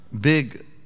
big